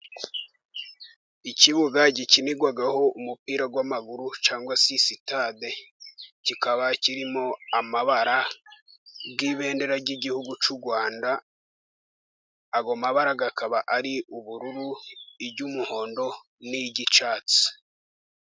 Ikibuga gikinirwaho umupira w'amaguru cyangwa se sitade. Kikaba kirimo amabara y'ibendera ry'igihugu cy'u Rwanda, ayo mabara akaba ari ubururu, iry'umuhondo, n'iry'icyatsi.